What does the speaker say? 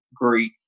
great